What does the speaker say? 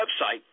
website